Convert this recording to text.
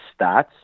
stats